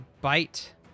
bite